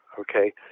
Okay